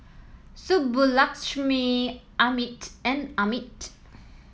Subbulakshmi Amit and Amit